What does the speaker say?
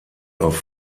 auf